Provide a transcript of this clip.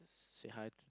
say hi